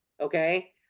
Okay